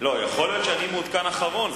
להיות שאני מעודכן אחרון.